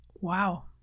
Wow